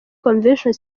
convention